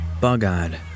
bug-eyed